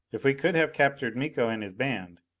if we could have captured miko and his band,